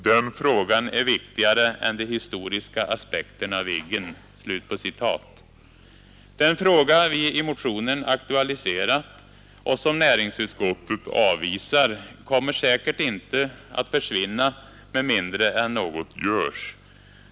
Den frågan är viktigare än de historiska aspekterna på Viggen.” Den fraga vi i motionen aktualiserat och som näringsutskottet avvisar kommer säkert inte att försvinna med mindre än att något görs.